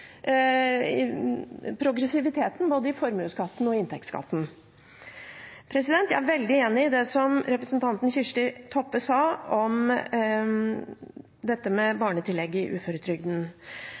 progressiviteten både i formuesskatten og i inntektsskatten. Jeg er veldig enig i det som representanten Kjersti Toppe sa om dette med